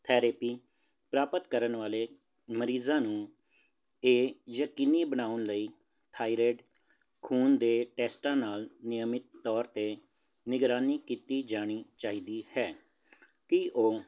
therapy ਪ੍ਰਾਪਤ ਕਰਨ ਵਾਲੇ ਮਰੀਜ਼ਾਂ ਨੂੰ ਇਹ ਯਕੀਨੀ ਬਣਾਉਣ ਲਈ ਥਾਇਰਾਇਡ ਖੂਨ ਦੇ ਟੈਸਟਾਂ ਨਾਲ ਨਿਯਮਿਤ ਤੌਰ 'ਤੇ ਨਿਗਰਾਨੀ ਕੀਤੀ ਜਾਣੀ ਚਾਹੀਦੀ ਹੈ ਕਿ ਉਹ